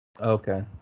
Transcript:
Okay